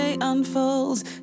unfolds